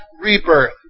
rebirth